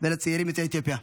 ולצעירים יוצאי אתיופיה.